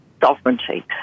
Sovereignty